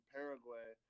Paraguay